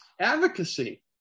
advocacy